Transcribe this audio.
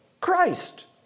Christ